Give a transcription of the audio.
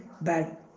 bad